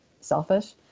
selfish